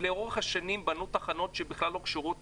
שלאורך השנים בנו תחנות שבכלל לא קשורות